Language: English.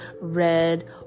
red